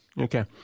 Okay